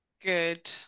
good